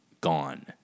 gone